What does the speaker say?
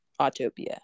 Autopia